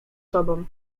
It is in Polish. tobą